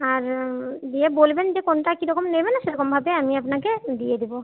আর দিয়ে বলবেন যে কোনটা কীরকম নেবেন সেরকমভাবেই আমি আপনাকে দিয়ে দেবো